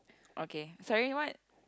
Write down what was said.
okay sorry what